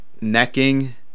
Necking